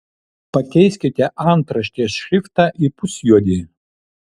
pakeiskite antraštės šriftą į pusjuodį